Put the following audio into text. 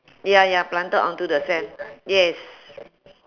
ya ya planted onto the sand yes